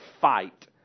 fight